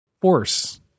force